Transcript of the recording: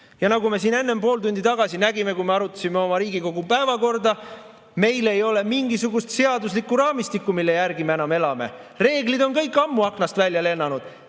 Ja nagu me siin enne, pool tundi tagasi, nägime, kui me arutasime oma Riigikogu päevakorda, meil ei ole mingisugust seaduslikku raamistikku, mille järgi me enam elame. Reeglid on kõik ammu aknast välja lennanud